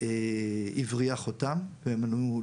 הבריח אותם והן אמרו,